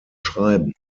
schreiben